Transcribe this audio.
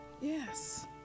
yes